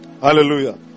Hallelujah